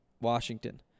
Washington